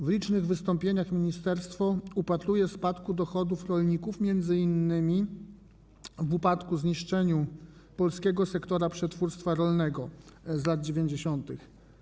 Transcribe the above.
W licznych wystąpieniach ministerstwo upatruje spadku dochodów rolników m.in. w upadku, zniszczeniu polskiego sektora przetwórstwa rolnego z lat 90.